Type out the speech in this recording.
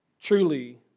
truly